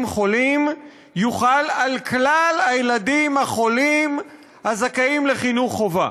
חולים יוחל על כלל הילדים החולים הזכאים לחינוך חובה.